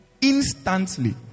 Instantly